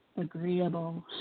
agreeable